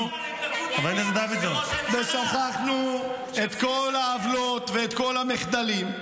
חבר הכנסת דוידסון, קריאה ראשונה.